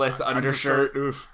undershirt